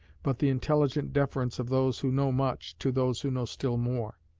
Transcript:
but the intelligent deference of those who know much, to those who know still more.